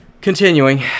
Continuing